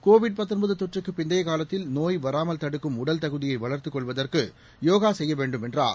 Covid தொற்றுக்குப் பிந்தைய காலத்தில் நோய் வராமல் தடுக்கும் உடல் தகுதியை வளர்த்தக் கொள்வதற்கு யோகா செய்ய வேண்டும் என்றார்